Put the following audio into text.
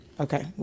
Okay